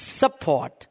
support